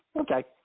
Okay